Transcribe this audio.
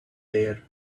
air